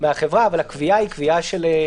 בעין מהאל, גם, אתה הולך שם מנותק.